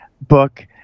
book